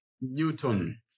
Newton